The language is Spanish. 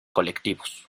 colectivos